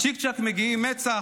צ'יק-צ'ק מגיעים מצ"ח,